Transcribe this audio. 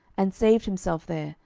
and saved himself there,